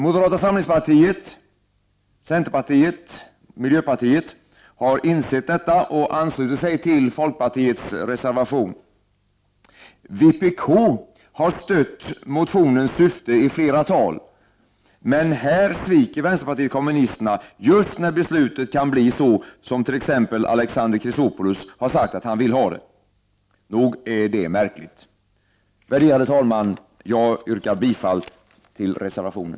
Moderata samlingspartiet, centerpartiet och miljöpartiet har insett detta och anslutit sig till folkpartiets reservation. Vpk har stött motionens syfte i flera tal. Men här sviker vpk, just när beslutet kan bli så som t.ex. Alexander Chrisopoulos har sagt att han vill ha det. Nog är det märkligt. Värderade talman! Jag yrkar bifall till reservationen.